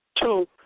two